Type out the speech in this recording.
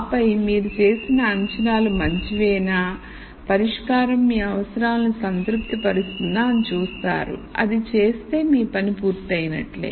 ఆపై పై మీరు చేసిన అంచనాలు మంచివేనా పరిష్కారం మీ అవసరాలను సంతృప్తి పరుస్తుందా అని చూస్తారు అది చేస్తే మీ పని పూర్తి అయినట్లే